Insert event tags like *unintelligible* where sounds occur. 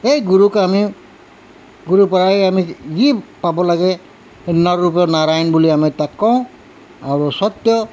এই গুৰুক আমি গুৰুৰ পৰাই আমি যি পাব লাগে নৰ ৰূপে নাৰায়ণ বুলি আমি তাক কওঁ *unintelligible* স্বত্বেও